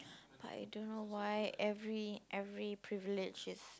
I don't know why every every privilege is